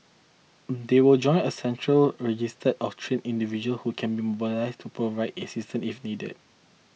they will join a central registry of trained individual who can be mobilised to provide assistance if needed